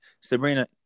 Sabrina